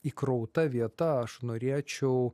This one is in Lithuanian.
įkrauta vieta aš norėčiau